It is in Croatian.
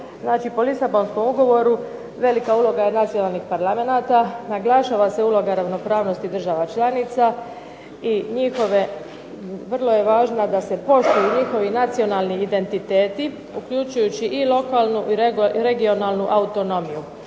po Lisabonskom ugovoru velika je uloga nacionalnih parlamenata, naglašava se uloga ravnopravnosti država članica i vrlo je važna da se poštuju njihovi nacionalni identiteti uključujući i lokalnu i regionalnu autonomiju,